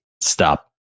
stop